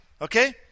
Okay